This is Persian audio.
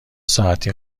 ساعتی